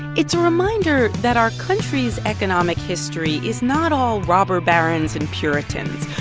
it's a reminder that our country's economic history is not all robber barons and puritans.